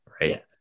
Right